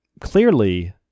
clearly